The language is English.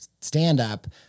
standup